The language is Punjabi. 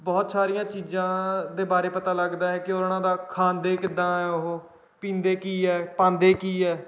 ਬਹੁਤ ਸਾਰੀਆਂ ਚੀਜ਼ਾਂ ਦੇ ਬਾਰੇ ਪਤਾ ਲੱਗਦਾ ਹੈ ਕਿ ਉਹਨਾਂ ਦਾ ਖਾਂਦੇ ਕਿੱਦਾਂ ਉਹ ਪੀਂਦੇ ਕੀ ਹੈ ਪਾਉਂਦੇ ਕੀ ਹੈ